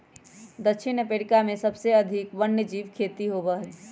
दक्षिण अफ्रीका में सबसे अधिक वन्यजीव खेती होबा हई